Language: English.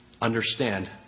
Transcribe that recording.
understand